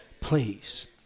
Please